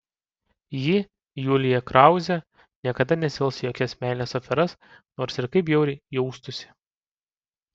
ji julija krauzė niekada nesivels į jokias meilės aferas nors ir kaip bjauriai jaustųsi